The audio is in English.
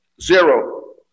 zero